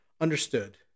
understood